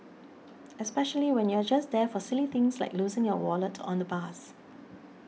especially when you're just there for silly things like losing your wallet on the bus